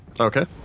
Okay